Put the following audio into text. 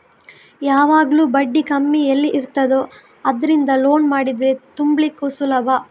ಯಾವಾಗ್ಲೂ ಬಡ್ಡಿ ಕಮ್ಮಿ ಎಲ್ಲಿ ಇರ್ತದೋ ಅದ್ರಿಂದ ಲೋನ್ ಮಾಡಿದ್ರೆ ತುಂಬ್ಲಿಕ್ಕು ಸುಲಭ